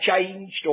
changed